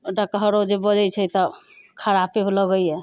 डकहरो जे बजैत छै तऽ खरापे लगैया